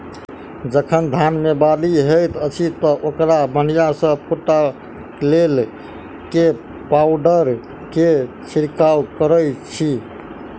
जखन धान मे बाली हएत अछि तऽ ओकरा बढ़िया सँ फूटै केँ लेल केँ पावडर केँ छिरकाव करऽ छी?